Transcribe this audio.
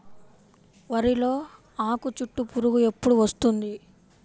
వరిలో ఆకుచుట్టు పురుగు ఎప్పుడు వస్తుంది?